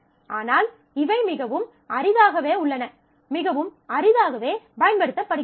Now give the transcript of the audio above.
ஆனால் இவை மிகவும் அரிதாகவே உள்ளன மிகவும் அரிதாகவே பயன்படுத்தப்படுகின்றன